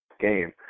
game